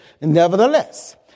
nevertheless